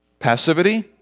passivity